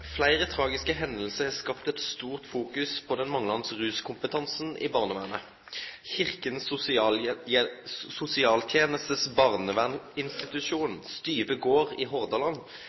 tragiske hendelser har skapt et stort fokus på den manglende ruskompetansen i barnevernet.